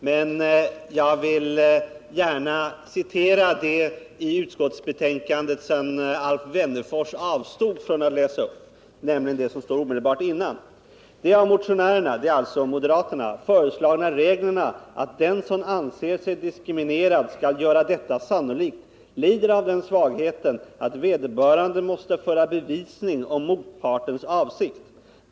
Men jag vill gärna citera det i utskottsbetänkandet som AIf Wennerfors avstod från att läsa upp, nämligen det som står omedelbart före hans citat: ”De av motionärerna ”- alltså moderaterna —” föreslagna reglerna att den som anser sig diskriminerad skall göra detta sannolikt lider av den svagheten, att vederbörande måste föra bevisning om motpartens avsikt.